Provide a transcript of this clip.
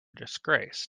disgrace